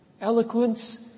eloquence